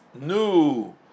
new